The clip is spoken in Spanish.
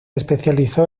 especializó